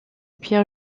pierre